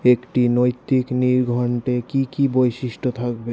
একটি নৈতিক নির্ঘন্টে কি কি বৈশিষ্ট্য থাকবে